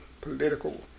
political